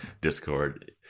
Discord